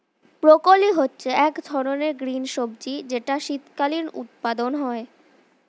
broccoli হচ্ছে এক ধরনের গ্রিন সবজি যেটার শীতকালীন উৎপাদন হয়ে